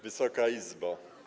Wysoka Izbo!